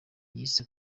yise